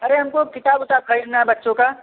अरे हमको किताब उताब खरीदना है बच्चों का